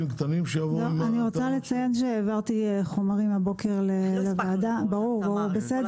אני רוצה לציין שהבוקר העברתי הרבה חומרים לוועדה גם